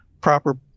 proper